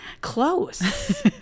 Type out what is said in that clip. Close